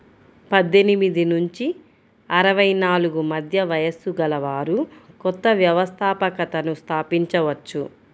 పద్దెనిమిది నుంచి అరవై నాలుగు మధ్య వయస్సు గలవారు కొత్త వ్యవస్థాపకతను స్థాపించవచ్చు